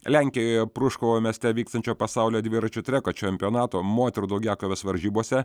lenkijoje pruškovo mieste vykstančio pasaulio dviračių treko čempionato moterų daugiakovės varžybose